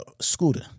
scooter